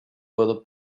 puedo